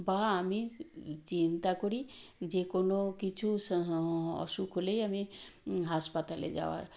বা আমি চিন্তা করি যে কোনো কিছু অসুখ হলেই আমি হাসপাতালে যাওয়ার